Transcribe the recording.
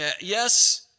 yes